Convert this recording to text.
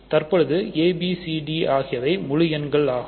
தற்பொழுது abcd ஆகியவை முழு எண்கள் ஆகும்